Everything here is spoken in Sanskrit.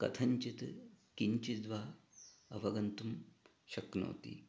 कथञ्चित् किञ्चिद्वा अवगन्तुं शक्नोति